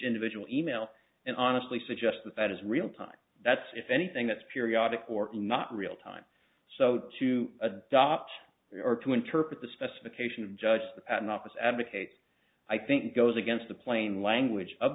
individual email and honestly suggest that that is real time that's if anything that's periodic or not real time so to adopt or to interpret the specification of just the patent office advocate i think goes against the plain language of